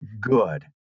good